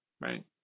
right